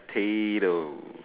tattoos